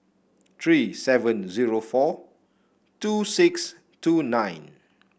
three seven zero four two six two nine